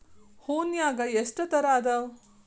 ಹೂನ್ಯಾಗ ಎಷ್ಟ ತರಾ ಅದಾವ್?